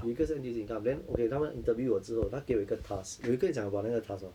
有一个是 N_T_U_C income then okay 他们 interview 我之后他给我一个 task 我有跟你讲 about 那个 task mah